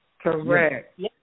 Correct